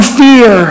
fear